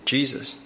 Jesus